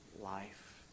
life